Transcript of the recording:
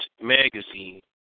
magazine